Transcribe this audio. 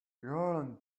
yelling